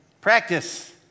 Practice